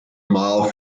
mile